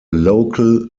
local